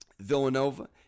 Villanova